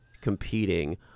competing